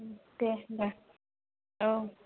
दे होमब्ला औ